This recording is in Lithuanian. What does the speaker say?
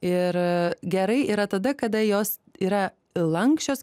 ir gerai yra tada kada jos yra lanksčios